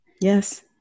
Yes